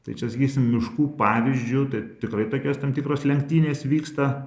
tai čia sakysim miškų pavyzdžiu tai tikrai tokios tam tikros lenktynės vyksta